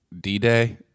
D-Day